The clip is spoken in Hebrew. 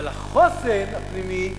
אבל החוסן הפנימי יגדל,